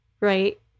right